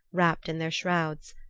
wrapped in their shrouds,